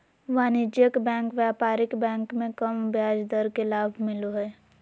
वाणिज्यिक बैंकिंग व्यापारिक बैंक मे कम ब्याज दर के लाभ मिलो हय